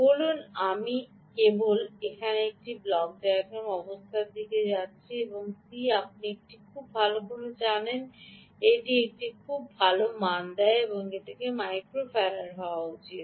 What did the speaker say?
বলুন আমি এখন কেবল একটি ব্লক ডায়াগ্রামের অবস্থার মধ্যে যাচ্ছি ঠিক c আপনি এটি খুব ভাল জানেন আপনাকে একটি মান দেয় এটি এক মাইক্রোফার্ড হওয়া উচিত